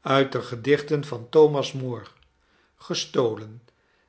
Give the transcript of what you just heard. uit de gedichten van thomas moore gestolen